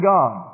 God